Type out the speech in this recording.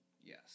Yes